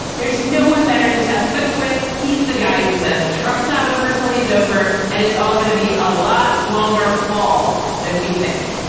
there's no one better to test wits with. he's the guy who says trump's not over till he's over and it's all gonna be a lot longer haul than we think.